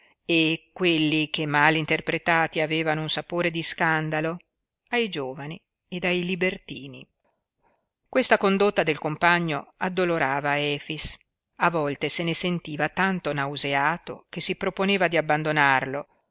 e quelli che male interpretati avevano un sapore di scandalo ai giovani ed ai libertini questa condotta del compagno addolorava efix a volte se ne sentiva tanto nauseato che si proponeva di abbandonarlo